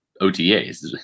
OTAs